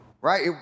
right